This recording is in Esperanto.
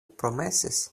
promesis